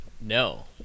No